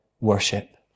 worship